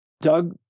Doug